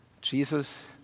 Jesus